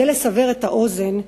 כדי לסבר את האוזן,